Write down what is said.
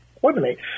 coordinate